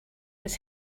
was